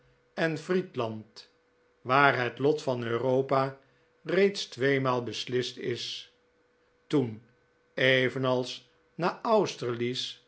en friedland waar het lot van europa reeds tweemaal beslist is toen evenals na